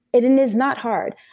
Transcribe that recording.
it and is not hard.